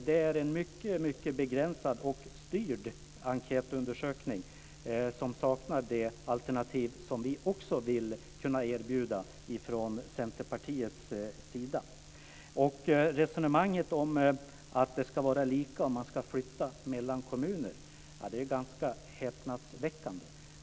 Det här är en mycket begränsad och styrd enkätundersökning som saknar de alternativ vi från Centerpartiets sida också vill kunna erbjuda. Resonemanget att det ska vara lika när man flyttar mellan kommuner är ganska häpnadsväckande.